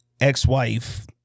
ex-wife